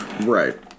Right